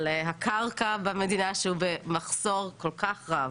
על הקרקע במדינה, שהם במחסור כל כך רב.